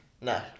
No